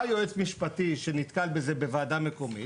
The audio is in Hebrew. בא יועץ משפטי שנתקל בזה בוועדה מקומית